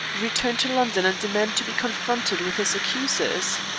return to london and demand to be confronted with his accusers?